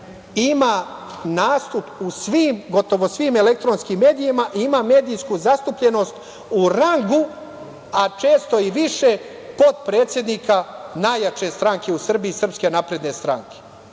ima nastup u gotovo svim elektronskim medijima i ima medijsku zastupljenost u rangu, a često i više kod predsednika najjače stranke u Srbiji – SNS?Dakle, sasvim